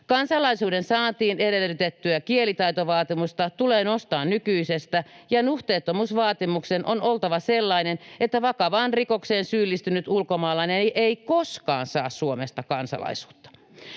Kansalaisuuden saantiin edellytettyä kielitaitovaatimusta tulee nostaa nykyisestä ja nuhteettomuusvaatimuksen on oltava sellainen, että vakavaan rikokseen syyllistynyt ulkomaalainen ei koskaan saa Suomesta kansalaisuutta.